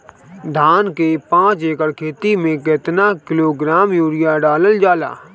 धान के पाँच एकड़ खेती में केतना किलोग्राम यूरिया डालल जाला?